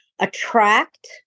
attract